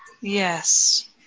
Yes